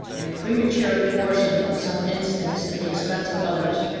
and premature forcing of some instincts at the expense of others,